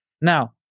Now